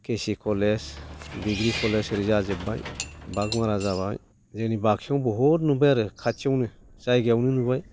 के C college degree college ओरै जाजोबबाय बागमारा जाबाय जोंनि बाक्सायावनो बहुद नुबोबाय आरो खाथियावनो जायगायावनो नुबाय